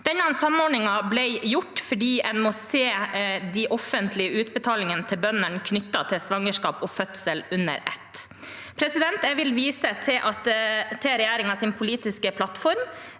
Denne samordningen ble gjort fordi en må se de offentlige utbetalingene til bøndene knyttet til svangerskap og fødsel under ett. Jeg vil vise til regjeringens politiske plattform,